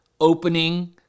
opening